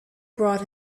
brought